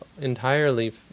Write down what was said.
entirely